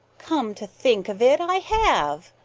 come to think of it, i have.